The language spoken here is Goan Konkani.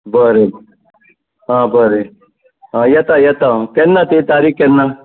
बरें आं बरें हय येता येता हांव केन्ना तें तारीक केन्ना